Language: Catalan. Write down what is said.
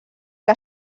que